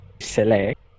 select